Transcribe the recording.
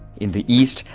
in the east,